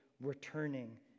returning